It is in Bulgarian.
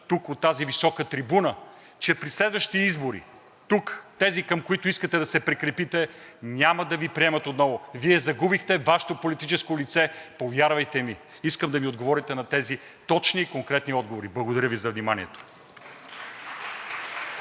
тук от високата трибуна, че при следващите избори тук тези, към които искате да се прикрепите, няма да Ви приемат отново. Вие загубихте Вашето политическо лице. Повярвайте ми. Искам да ми отговорите на тези точни и конкретни въпроси. Благодаря Ви за вниманието.